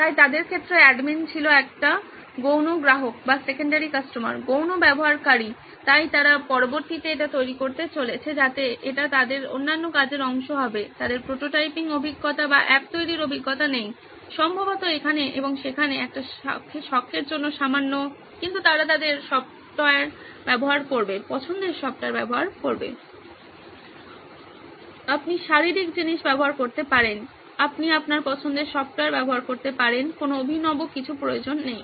তাই তাদের ক্ষেত্রে অ্যাডমিন ছিল একটি গৌণ গ্রাহক গৌণ ব্যবহারকারী তাই তারা পরবর্তীতে এটি তৈরি করতে চলেছে যাতে এটি তাদের অন্যান্য কাজের অংশ হবে তাদের প্রোটোটাইপিং অভিজ্ঞতা বা অ্যাপ তৈরীর অভিজ্ঞতা নেই সম্ভবত এখানে এবং সেখানে একটি শখের জন্য সামান্য কিন্তু তারা তাদের পছন্দের সফ্টওয়্যার ব্যবহার করে আপনি শারীরিক জিনিস ব্যবহার করতে পারেন আপনি আপনার পছন্দের সফ্টওয়্যার ব্যবহার করতে পারেন কোন অভিনব কিছু প্রয়োজন নেই